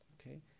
okay